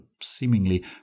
seemingly